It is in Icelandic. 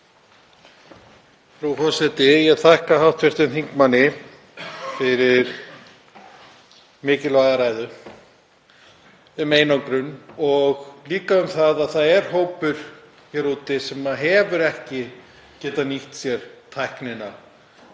Frú forseti. Ég þakka hv. þingmanni fyrir mikilvæga ræðu um einangrun og líka um það að það er hópur hér úti sem hefur ekki getað nýtt sér tæknina